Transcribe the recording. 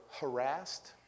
harassed